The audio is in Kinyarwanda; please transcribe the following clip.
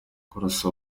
kurasa